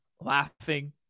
laughing